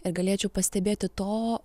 ir galėčiau pastebėti to